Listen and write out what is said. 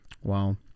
Wow